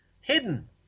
hidden